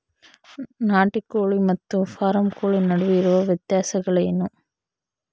ನಾಟಿ ಕೋಳಿ ಮತ್ತು ಫಾರಂ ಕೋಳಿ ನಡುವೆ ಇರುವ ವ್ಯತ್ಯಾಸಗಳೇನು?